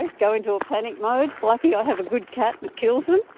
and go into a panic mode. lucky i have a good cat that kills them.